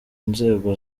nzego